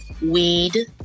Weed